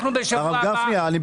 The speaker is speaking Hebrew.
בשבוע הבא נצביע.